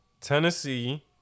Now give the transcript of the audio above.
Tennessee